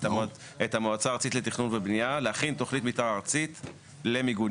את המועצה הארצית לתכנון ובנייה להכין תוכנית מתאר ארצית למיגוניות,